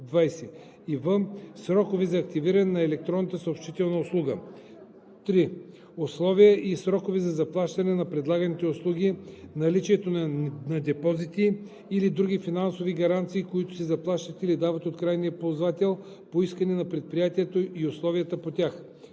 в) срокове за активиране на електронната съобщителна услуга; 3. условия и срокове за заплащане на предлаганите услуги; наличието на депозити или други финансови гаранции, които се заплащат или дават от крайния ползвател по искане на предприятието, и условията по тях;